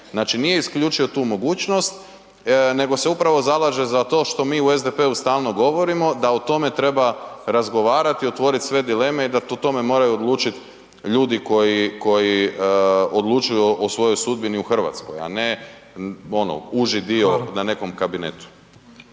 Znači nije isključio tu mogućnost nego se upravo zalaže za to što mi u SDP-u stalno govorimo da o tome treba razgovarati, otvoriti sve dileme i da o tome moraju odlučiti ljudi koji, koji odlučuju o svojoj sudbini u Hrvatskoj, a ne ono uži dio na nekom kabinetu.